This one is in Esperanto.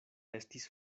estis